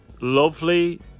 lovely